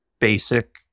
basic